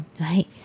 Right